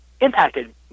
impacted